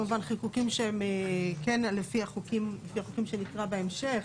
שהם כן לפי החוקים שנקרא בהמשך,